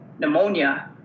pneumonia